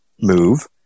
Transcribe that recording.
move